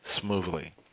smoothly